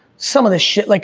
some of this shit, like